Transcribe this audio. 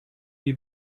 you